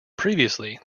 previously